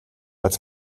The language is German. als